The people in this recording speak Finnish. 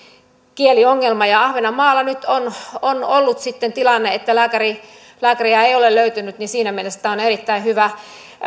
kieliongelma ahvenanmaalla nyt on on ollut sitten tilanne että lääkäriä ei ole löytynyt ja siinä mielessä tämä on erittäin hyvä